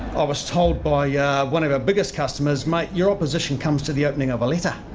i was told by one of our biggest customers, mate, your opposition comes to the opening of a letter,